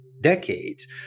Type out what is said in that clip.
decades